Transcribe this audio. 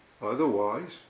otherwise